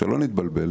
שלא נתבלבל,